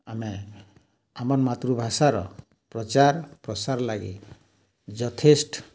ଆମେ ଆମର୍ ମାତୃଭାଷାର ପ୍ରଚାର୍ ପ୍ରସାର୍ ଲାଗି ଯଥେଷ୍ଟ୍